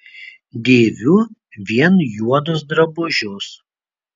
dėviu vien juodus drabužius